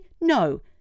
No